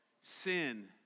sin